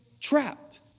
Trapped